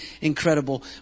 incredible